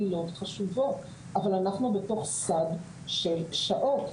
אבל אנחנו בתוך סד של שעות,